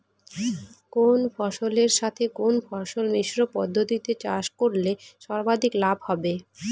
কোন ফসলের সাথে কোন ফসল মিশ্র পদ্ধতিতে চাষ করলে সর্বাধিক লাভ হবে?